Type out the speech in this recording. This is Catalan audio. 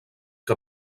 que